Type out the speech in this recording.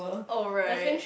alright